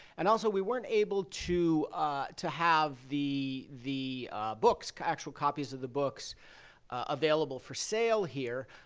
and also, we weren't able to to have the the books actual copies of the books available for sale here,